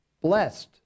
blessed